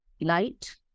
light